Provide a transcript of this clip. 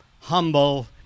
humble